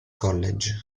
college